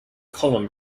colin